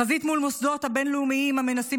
חזית מול המוסדות הבין-לאומיים המנסים